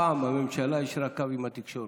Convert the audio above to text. הפעם הממשלה יישרה קו עם התקשורת.